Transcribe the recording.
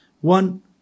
One